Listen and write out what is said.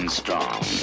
strong